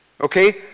okay